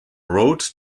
wrote